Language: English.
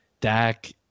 Dak